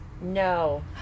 no